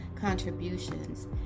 contributions